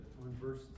verse